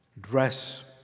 dress